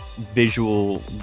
visual